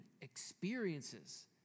experiences